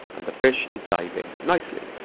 and the fish is diving nicely.